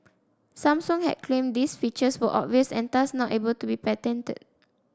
Samsung had claimed these features were obvious and thus not able to be patented